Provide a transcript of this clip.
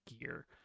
gear